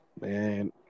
Man